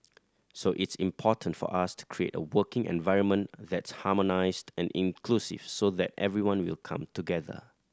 so it's important for us to create a working environment that's harmonised and inclusive so that everyone will come together